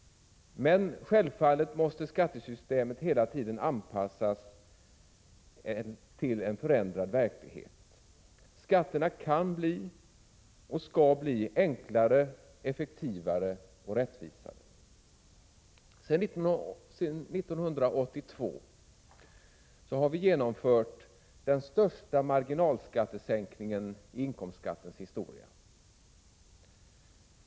Men självfallet måste skattesystemet hela tiden anpassas till en förändrad verklighet. Skatterna kan bli och skall bli enklare, effektivare och rättvisare. Sedan 1982 har vi genomfört den största marginalskattesänkningen i inkomstskattens historia.